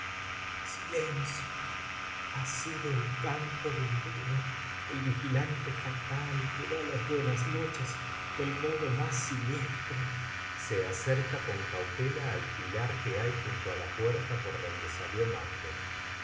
ha sido el canto del buho el vigilante fatal que da las buenas noches del modo más acto segundo escena ii siniestro se acerca con cautela al pilar que hay junto á la puerta por donde salió